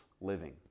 living